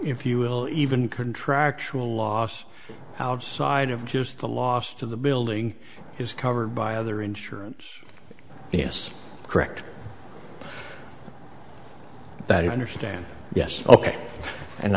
if you will even contractual loss outside of just the loss to the building is covered by other insurance yes correct that understand yes ok and